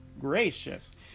gracious